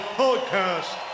podcast